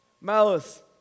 Malice